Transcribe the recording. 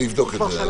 אני אבדוק את זה.